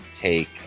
take